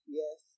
yes